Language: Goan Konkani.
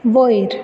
वयर